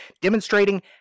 demonstrating